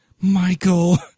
Michael